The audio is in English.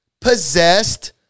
possessed